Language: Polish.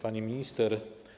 Pani Minister!